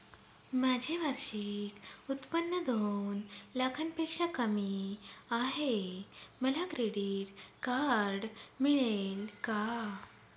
माझे वार्षिक उत्त्पन्न दोन लाखांपेक्षा कमी आहे, मला क्रेडिट कार्ड मिळेल का?